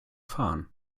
fahren